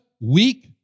weak